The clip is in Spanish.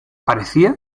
parecía